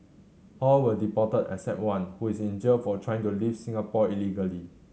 all were deported except one who is in jail for trying to leave Singapore illegally